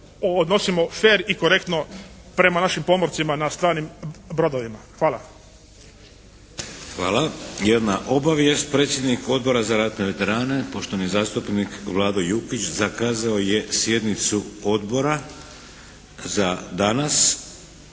odnosimo fer i korektno prema našim pomorcima na stranih brodovima. Hvala. **Šeks, Vladimir (HDZ)** Hvala. Jedna obavijest. Predsjednik Odbora za ratne veterane, poštovani zastupnik Vlado Jukić zakazao je sjednicu Odbora za danas,